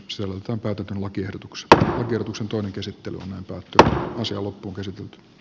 sieltä otetun lakiehdotukset otuksen toinen käsittely on tältä osin loppuunkäsitelty b